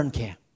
care